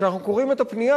כשאנחנו קוראים את הפנייה